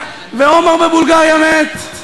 ועומר בבולגריה מת,